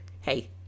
Hey